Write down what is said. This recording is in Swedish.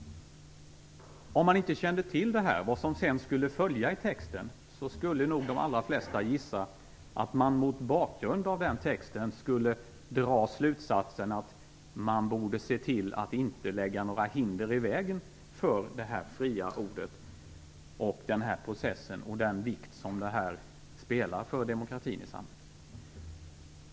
De allra flesta skulle mot bakgrund av texten dra slutsatsen att man borde se till att inte lägga några hinder i vägen för det fria ordet och den demokratiska processen med tanke på den vikt som det har för samhället.